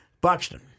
Buxton